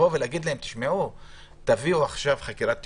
לכן אני שואל את היועץ המשפטי של הוועדה -- (היו"ר יעקב אשר,